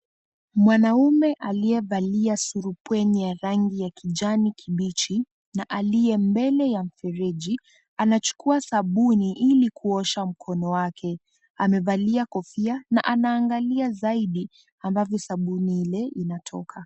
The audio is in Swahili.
Mwanaume aliyevalia surupwenye ya rangi ya kijani kibichi na aliye mbele ya mfereji, anachukua sabuni ili kuosha mkono wake. Amevalia kofia na anaangalia zaidi ambavyo sabuni ile inatoka.